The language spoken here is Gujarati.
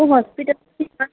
હું હોસ્પિટલથી જ વાત